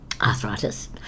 arthritis